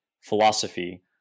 philosophy